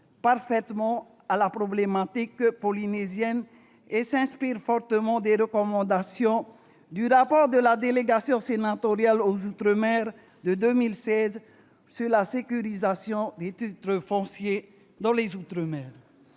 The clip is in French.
parfaitement à la problématique polynésienne et s'inspirent fortement des recommandations du rapport de la délégation sénatoriale aux outre-mer de 2016 sur la sécurisation des titres fonciers dans les outre-mer.